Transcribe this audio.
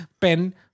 pen